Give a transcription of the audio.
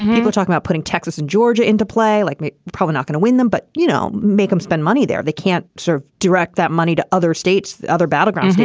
people talk about putting texas and georgia into play like me. we're not going to win them, but, you know, make them spend money there. they can't sort of direct that money to other states. other battlegrounds.